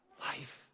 Life